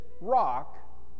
rock